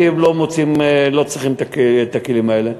כי הם לא צריכים את הכלים האלה.